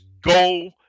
go